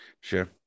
Sure